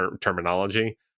terminology